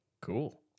Cool